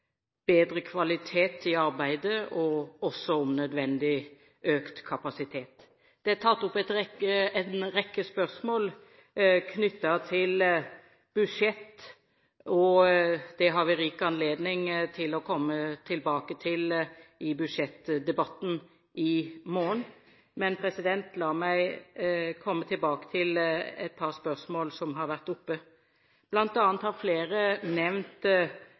bedre kunnskap og bedre kvalitet og også, om nødvendig, økt kapasitet. Det er tatt opp en rekke spørsmål knyttet til budsjett. Det får vi rik anledning til å komme tilbake til i budsjettdebatten i morgen. Men la meg komme tilbake til et par spørsmål som har vært oppe. Blant annet har flere nevnt